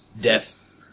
Death